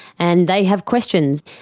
and they have questions.